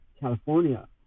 California